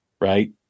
right